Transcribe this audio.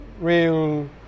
real